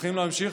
צריכים להמשיך.